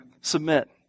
submit